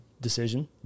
decision